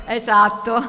esatto